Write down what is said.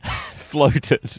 floated